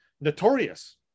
notorious